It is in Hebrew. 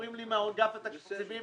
אומרים לי מאגף התקציבים